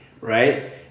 right